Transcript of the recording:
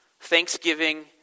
thanksgiving